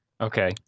Okay